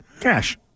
Cash